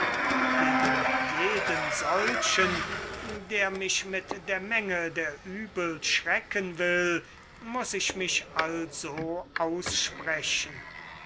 gegen jeden solchen der mich mit der menge der uebel schrecken will muß ich mich also aussprechen